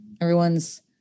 Everyone's